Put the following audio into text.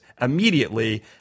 immediately